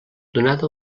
donada